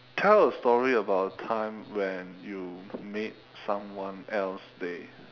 tell a story about a time when you made someone else day